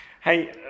Hey